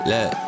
Look